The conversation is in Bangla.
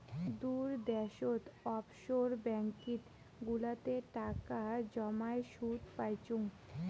দূর দ্যাশোত অফশোর ব্যাঙ্কিং গুলাতে টাকা জমাই সুদ পাইচুঙ